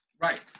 Right